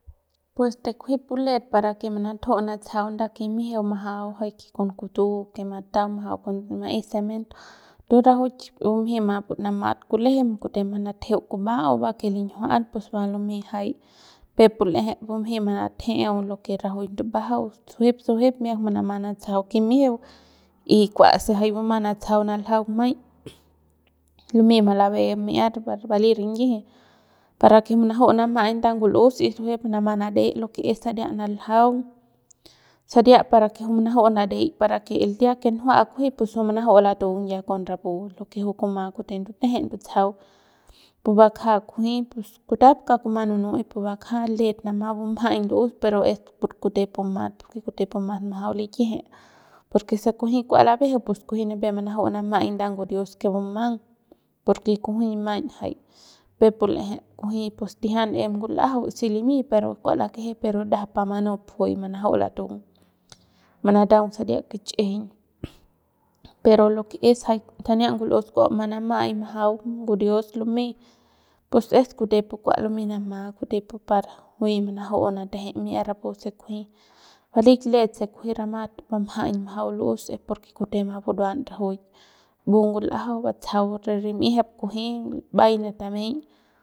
Pues de kujuy pu let para que manatju natsajau nda kimijiu majau jay que con kutu que mataung majau con ma'ay cemento ento rajuik bumjei manamat kulejem kute manatjeu kuba'au bake linjiual pus va lumey jay peuk pu l'eje bumjey manatjeu lo que rajuik ndubajau sujuep sujuep miak manama natsajau kimijiu y kuase jay bumang manatsajau naljaung maiñ lumey mlabe bi'ia bali rinyiji para que manaju manamay nda ngul'us y sujuep manama nare lo que es saria naljaung saria para que juy manaju'u narey para que el dia que juy njua kunji pus juy manaju malatung ya con rapu con lo que juy kuma kute ndute ndutsajau pu bakja kunji pus kutap kauk kuma nunu es pu bakja let namat bumjaiñ l'us pero es por kute pu mat porque kute pu mas majau likieje porque se kunji kua labejeu pus kunji nipep manaju manamay nda ngurius que bumang porque kunji maiñ jay peuk pu l'eje kunji tijian em ngul'ajau si limy pero kua lakeje pero ndajap par juy manup manaju latung manataung saria kich'ijiñ pero lo que es jay sania ngul'us bumang nama'ay majau ngurius lumey pus es kute pu kua lumey nama kute pu par juy manaju'u manateje mi'ia rapuse kunji balik let se kunji ramat bamjaiñ bajau l'us es porque kutema buruan rajuik mbu ngul'ajau batsajau re rim'iejep kunji mbay ne tameiñ.